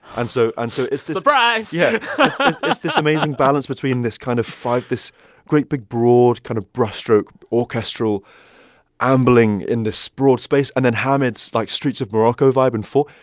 and so and so it's this. surprise yeah it's this this amazing balance between this kind of five this great big broad, kind of brushstroke orchestral ambling in this broad space and then hamid's, like, streets of morocco vibe in four.